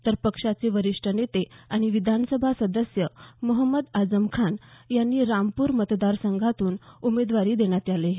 तर पक्षाचे वरिष्ठ नेते आणि विधानसभा सदस्य मोहम्मद आजम खान यांना रामपूर मतदारसंघातून उमेदवारी देण्यात आली आहे